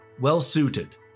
well-suited